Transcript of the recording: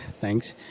Thanks